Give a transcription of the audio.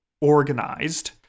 organized